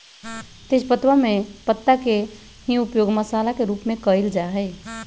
तेजपत्तवा में पत्ता के ही उपयोग मसाला के रूप में कइल जा हई